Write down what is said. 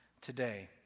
today